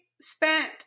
spent –